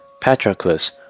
Patroclus